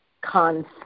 concept